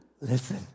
listen